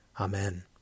Amen